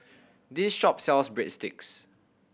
this shop sells Breadsticks